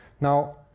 Now